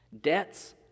Debts